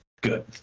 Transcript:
good